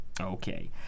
okay